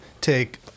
take